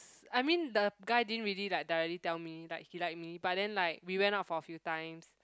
I mean the guy didn't really like directly tell me that he like me but then like we went out for a few times